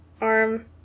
arm